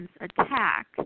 attack